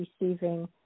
receiving